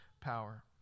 power